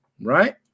right